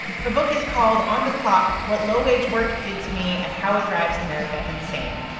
her book is called on the clock what low-wage work did to me and how it drives america insane.